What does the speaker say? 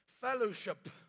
fellowship